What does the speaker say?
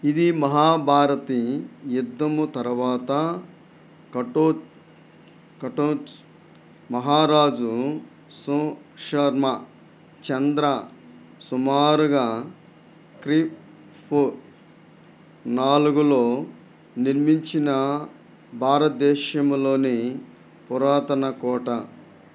ఇది మహాభారత యుద్ధము తరువాత కటో కటోచ్ మహారాజు సుశర్మ చంద్ర సుమారుగా క్రీ పూ నాలుగులో నిర్మించిన భారదేశంలోని పురాతన కోట